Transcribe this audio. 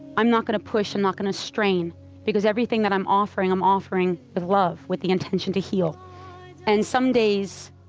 i'm not going to push, i'm not going to strain because everything that i'm offering, i'm offering with love, with the intention to heal and some days,